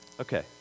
Okay